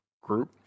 group